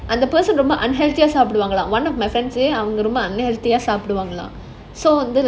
and the person ரொம்ப:romba unhealthiest சாப்டுவாங்கலாம்:saapduvaangalaam one of my friends say unhealthiest சாப்டுவாங்கலாம்:saapduvaangalaam like